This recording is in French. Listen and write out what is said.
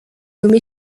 nommé